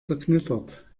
zerknittert